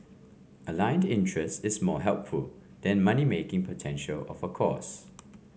aligned interest is more helpful than money making potential of a course